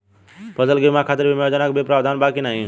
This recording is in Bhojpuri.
फसल के खातीर बिमा योजना क भी प्रवाधान बा की नाही?